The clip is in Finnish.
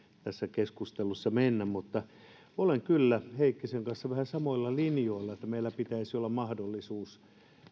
tässä keskustelussa mennä mutta olen kyllä heikkisen kanssa vähän samoilla linjoilla että meillä pitäisi olla mahdollisuus